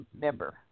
member